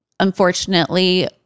Unfortunately